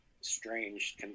strange